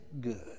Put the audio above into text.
good